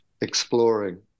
exploring